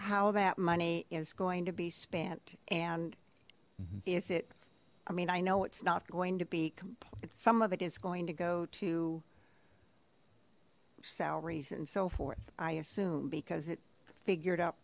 how that money is going to be spent and is it i mean i know it's not going to be complete some of it is going to go to new salaries and so forth i assume because it figured